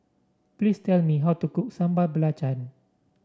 please tell me how to cook Sambal Belacan